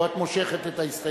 או שאת מושכת את ההסתייגות?